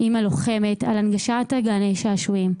אימא לוחמת, על הנגשת גני שעשועים.